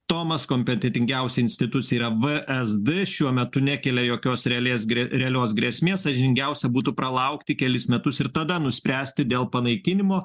tomas kompetetingiausia institucija yra vsd šiuo metu nekelia jokios realės realios grėsmės sąžiningiausia būtų pralaukti kelis metus ir tada nuspręsti dėl panaikinimo